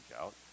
out